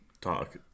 talk